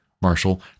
Marshall